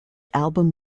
album